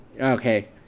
okay